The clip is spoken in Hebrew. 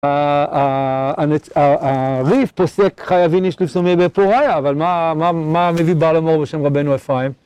הרי"ף פוסק: חייבים איש לבסומי בפוריא, אבל מה מביא בעל המור בשם רבנו אפרים?